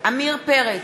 עמיר פרץ,